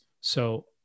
So-